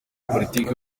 politiki